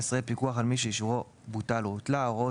פיקוח על מי שאישורו בוטל או הותלה 18. הוראות